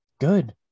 good